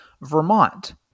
Vermont –